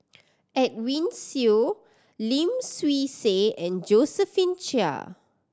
Edwin Siew Lim Swee Say and Josephine Chia